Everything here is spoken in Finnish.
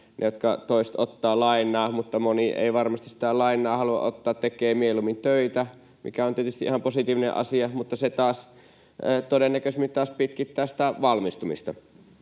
niin toiset ottavat lainaa, mutta moni ei varmasti sitä lainaa halua ottaa, tekee mieluummin töitä, mikä on tietysti ihan positiivinen asia, mutta se taas todennäköisemmin pitkittää sitä valmistumista.